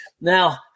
Now